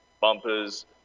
bumpers